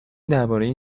درباره